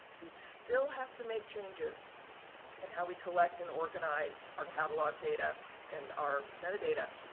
we'd still have to make changes in how we collect and organize our catalog data and our metadata.